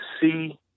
see